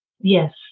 Yes